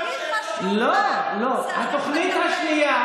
לא, היא חשובה, התוכנית השנייה,